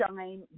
shine